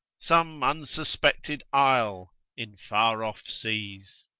some unsuspected isle in far off seas!